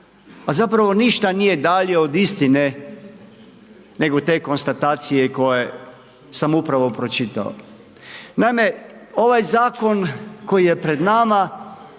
a zapravo ništa nije dalje od istine nego te konstatacije koje sam upravo pročitao. Naime, ovaj zakon koji je pred nama